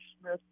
Smith